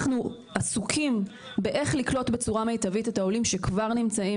שאנחנו עסוקים באיך לקלוט בצורה מיטבית את העולים שכבר נמצאים